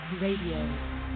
RADIO